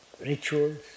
rituals